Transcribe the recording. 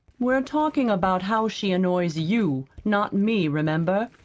we're talking about how she annoys you, not me, remember.